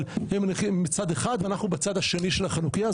אבל הם מניחים מצד אחד ואנחנו בצד השני של החנוכייה,